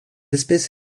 espèce